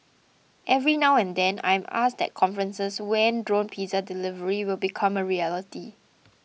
every now and then I am asked at conferences when drone pizza delivery will become a reality